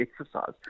exercise